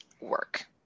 work